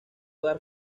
dar